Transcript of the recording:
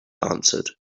answered